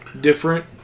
Different